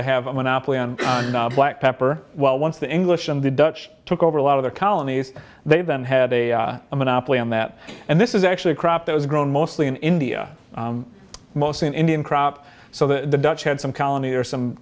to have a monopoly on black pepper well once the english and the dutch took over a lot of the colonies they then had a monopoly on that and this is actually a crop that was grown mostly in india mostly an indian crop so the dutch had some colony or some